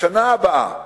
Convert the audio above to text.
בשנה הבאה